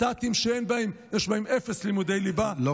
הת"תים שיש בהם אפס לימודי ליבה,